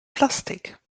plastik